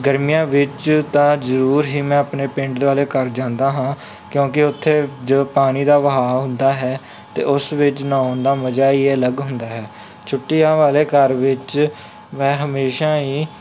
ਗਰਮੀਆਂ ਵਿੱਚ ਤਾਂ ਜ਼ਰੂਰ ਹੀ ਮੈਂ ਆਪਣੇ ਪਿੰਡ ਵਾਲੇ ਘਰ ਜਾਂਦਾ ਹਾਂ ਕਿਉਂਕਿ ਉੱਥੇ ਜੋ ਪਾਣੀ ਦਾ ਵਹਾਅ ਹੁੰਦਾ ਹੈ ਅਤੇ ਉਸ ਵਿੱਚ ਨਹਾਉਣ ਦਾ ਮਜਾ ਹੀ ਹੈ ਅਲੱਗ ਹੁੰਦਾ ਹੈ ਛੁੱਟੀਆਂ ਵਾਲੇ ਘਰ ਵਿੱਚ ਮੈਂ ਹਮੇਸ਼ਾ ਹੀ